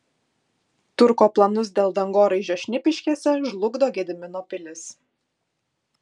turko planus dėl dangoraižio šnipiškėse žlugdo gedimino pilis